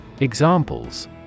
Examples